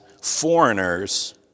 foreigners